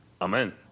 Amen